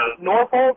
Norfolk